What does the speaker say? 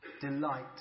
Delight